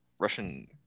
Russian